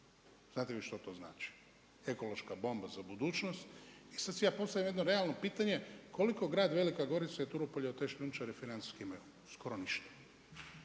Znate vi što to znači? Ekološka bomba za budućnost. I sada si ja postavljam jedno realno pitanje, koliko grad Velika Gorica i Turopolje od te šljunčare financijski imaju? Skoro ništa.